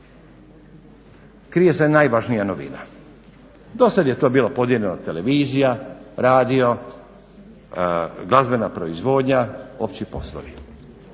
krije se najvažnija novina. Dosad je to bilo podijeljeno televizija, radio, glazbena proizvodnja, opći poslovi.